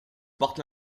porte